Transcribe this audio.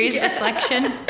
Reflection